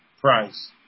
price